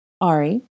Ari